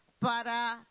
para